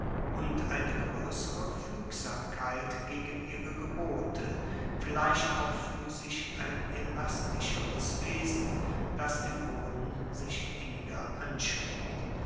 und eine groessere fuegsamkeit gegen ihre gebote vielleicht auch physisch ein elastischeres wesen das dem boden sich inniger anschmiegt